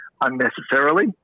unnecessarily